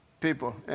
people